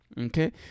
Okay